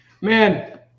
Man